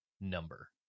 number